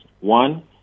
One